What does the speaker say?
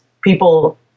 people